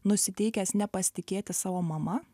nusiteikęs nepasitikėti savo mama